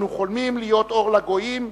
אנו חולמים להיות אור לגויים,